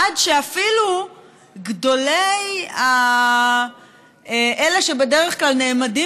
עד שאפילו גדולי האלה שבדרך כלל נעמדים